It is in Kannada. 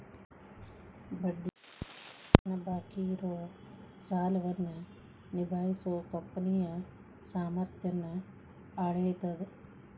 ಬಡ್ಡಿ ವ್ಯಾಪ್ತಿ ಅನುಪಾತ ತನ್ನ ಬಾಕಿ ಇರೋ ಸಾಲವನ್ನ ನಿಭಾಯಿಸೋ ಕಂಪನಿಯ ಸಾಮರ್ಥ್ಯನ್ನ ಅಳೇತದ್